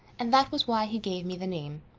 and that was why he gave me the name.